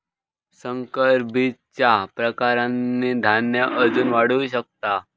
संकर बीजच्या प्रकारांनी धान्य अजून वाढू शकता